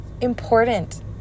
important